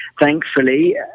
thankfully